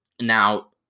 Now